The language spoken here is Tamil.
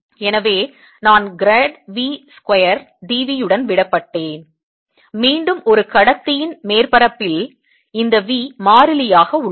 எனவே நான் grade v square d v உடன் விடப்பட்டேன் மீண்டும் ஒரு கடத்தியின் மேற்பரப்பில் இந்த v மாறிலியாக உள்ளது